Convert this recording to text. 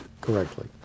correctly